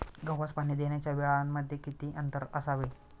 गव्हास पाणी देण्याच्या वेळांमध्ये किती अंतर असावे?